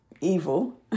evil